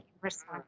response